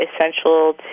essential